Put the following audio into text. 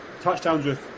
Touchdowns